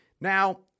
Now